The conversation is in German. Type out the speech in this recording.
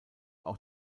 auch